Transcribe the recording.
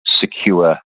secure